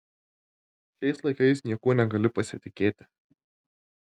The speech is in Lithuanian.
šiais laikais niekuo negali pasitikėti